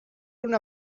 una